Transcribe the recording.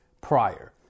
prior